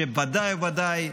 שוודאי וודאי,